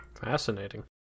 Fascinating